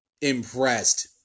impressed